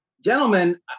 gentlemen